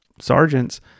sergeants